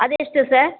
ಅದೆಷ್ಟು ಸರ್